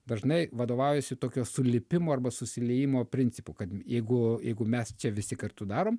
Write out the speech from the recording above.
dažnai vadovaujasi tokio sulipimo arba susiliejimo principu kad jeigu jeigu mes čia visi kartu darom